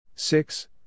Six